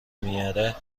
میاره